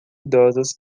idosas